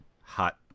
hot